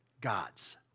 Gods